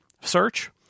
search